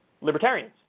libertarians